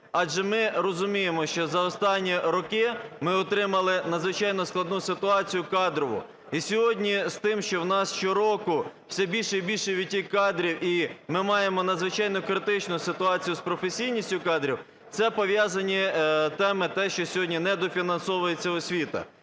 Адже ми розуміємо, що за останні роки ми отримали надзвичайно складну ситуацію кадрову. І сьогодні з тим, що в нас щороку, все більше і більше відтік кадрів, і ми маємо надзвичайно критичну ситуацію з професійністю кадрів, це пов'язані теми, те, що сьогодні недофінансовується освіта.